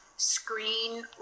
screen